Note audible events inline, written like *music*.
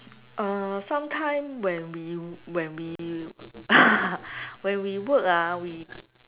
uh sometime when we when we *laughs* when we work ah we